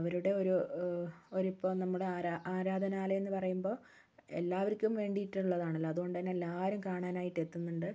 അവരുടെ ഒരു അവരിപ്പോള് നമ്മുടെ ആരാധനാലയമെന്ന് പറയുമ്പോള് എല്ലാവര്ക്കും വേണ്ടിയിട്ടുള്ളതാണല്ലോ അതുകൊണ്ടുതന്നെ എല്ലാവരും കാണാനായിട്ടെത്തുന്നുണ്ട്